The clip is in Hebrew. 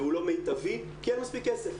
והוא לא מיטבי כי אין מספיק כסף.